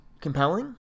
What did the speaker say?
compelling